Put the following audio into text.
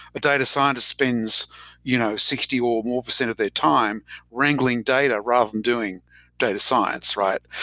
data scientist spends you know sixty or more percent of their time wrangling data, rather than doing data science, right?